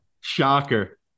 Shocker